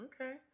Okay